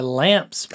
lamps